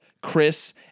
Chris